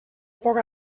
poc